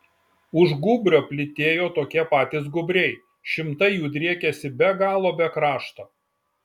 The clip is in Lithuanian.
už gūbrio plytėjo tokie patys gūbriai šimtai jų driekėsi be galo be krašto